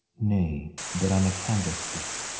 nay, but on a candlestick,